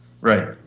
Right